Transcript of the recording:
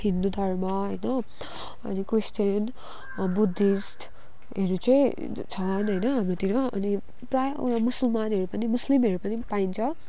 हिन्दू धर्म होइन अनि क्रिस्टेन बुद्धिस्टहरू चाहिँ छन् होइन हाम्रोतिर अनि प्रायः उयो मुसलमानहरू पनि मुस्लिमहरू पनि पाइन्छ